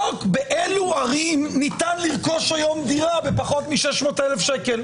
באלו ערים ניתן לרכוש דירה בפחות מ-300,000 שקלים.